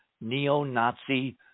neo-Nazi